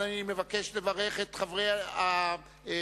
הנני מבקש לברך את חברי הדפוס,